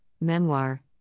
memoir